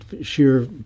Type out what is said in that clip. sheer